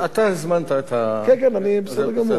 אתה הזמנת את, כן, בסדר גמור.